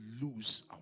lose